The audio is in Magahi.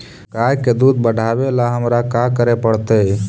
गाय के दुध बढ़ावेला हमरा का करे पड़तई?